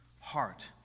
heart